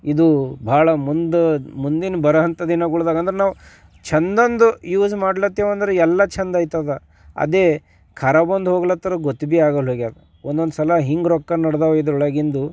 ಇದು ಭಾಳ ಮುಂದೆ ಮುಂದಿನ ಬರುವಂಥ ದಿನಗಳ್ದಾಗೆಂದ್ರೆ ನಾವು ಚೆಂದೊಂದು ಯೂಸ್ ಮಾಡ್ಲತ್ತೇವೆಂದ್ರೆ ಎಲ್ಲ ಚೆಂದ ಆಗ್ತದೆ ಅದೇ ಖರಾಬೊಂದು ಹೋಗ್ಲತ್ರ ಗೊತ್ತು ಭೀ ಆಗಲ್ಲ ಹೊಗ್ಯಾರ ಒಂದೊಂದು ಸಲ ಹಿಂಗ ರೊಕ್ಕ ನಡೆದಿವೆ ಇದ್ರೊಳಗಿಂದು